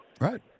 Right